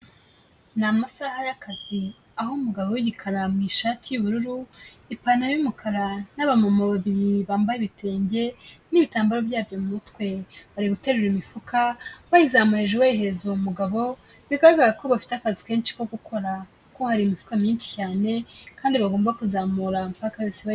Ni amasaha y'akazi, aho umugabo w'igikara mu ishati y'ubururu, ipantaro y'umukara, n'aba mama babiri bambaye ibitenge, n'ibitambaro byabyo mu mutwe, bari guterura imifuka, bayizamura hejuru bahereza uwo mugabo, bigaragara ko bafite akazi kenshi ko gukora kuko hari imifuka myinshi cyane kandi bagomba kuzamura mpaka yose.